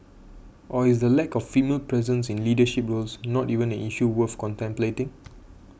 or is the lack of female presence in leadership roles not even an issue worth contemplating